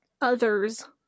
others